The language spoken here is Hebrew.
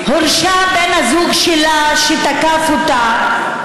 הורשע בן הזוג שלה, שתקף אותה,